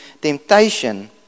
temptation